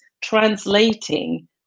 translating